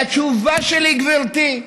והתשובה שלי, גברתי,